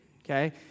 okay